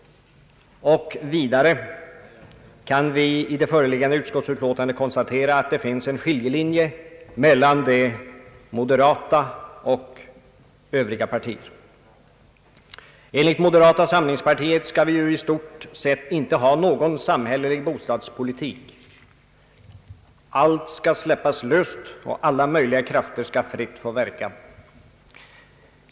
Vi kan vidare i det föreliggande utskottsutlåtandet konstatera att det finns en skiljelinje mellan de moderata och övriga partier. Enligt moderata samlingspartiet skall vi i stort sett inte ha någon samhällelig bostadspolitik. Allt skall släppas löst och alla möjliga krafter skall fritt få verka.